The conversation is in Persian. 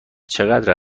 چقدر